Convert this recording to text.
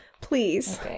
Please